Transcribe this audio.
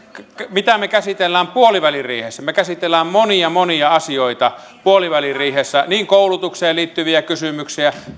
mitä me käsittelemme puoliväliriihessä me käsittelemme monia monia asioita puoliväliriihessä koulutukseen liittyviä kysymyksiä